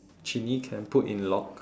genie can put in lock